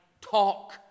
talk